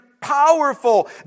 powerful